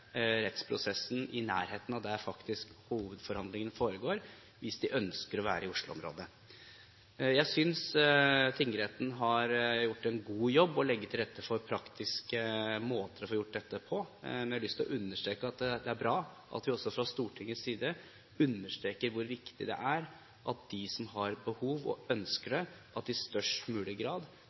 rettsprosessen i nærheten av der hovedforhandlingene faktisk foregår, hvis de ønsker å være i Oslo-området. Jeg synes tingretten har gjort en god jobb med å legge til rette for praktiske måter å få gjort dette på, men jeg har lyst til å understreke at det er bra at vi også fra Stortingets side understreker hvor viktig det er at de som har behov og ønsker det, i størst mulig grad